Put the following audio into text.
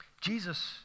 Jesus